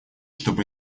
чтоб